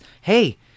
hey